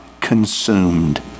consumed